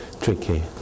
tricky